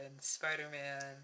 Spider-Man